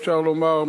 אפשר לומר,